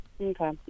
Okay